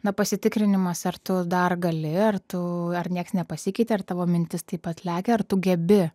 na pasitikrinimas ar tu dar gali ar tu ar nieks nepasikeitė ar tavo mintys taip pat lekia ar tu gebi